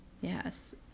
Yes